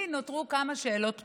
לי נותרו כמה שאלות פתוחות.